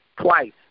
twice